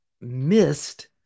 missed